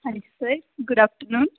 ਹਾਂਜੀ sir good afternoon